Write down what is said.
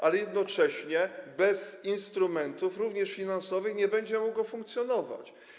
Ale jednocześnie bez instrumentów, również finansowych, nie będzie mogło to funkcjonować.